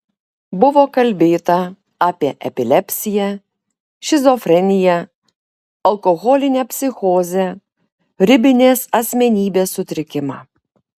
buvo kalbėta apie epilepsiją šizofreniją alkoholinę psichozę ribinės asmenybės sutrikimą